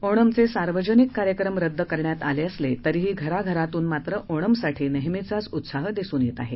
ओणमचे सार्वजनिक कार्यक्रम रद्द करण्यात आले असले तरीही घराघरातून मात्र ओणमसाठी नेहमचाच उत्साह दिसून येत आहे